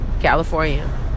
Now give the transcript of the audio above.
California